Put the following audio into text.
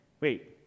wait